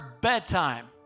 bedtime